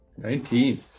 Nineteen